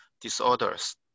disorders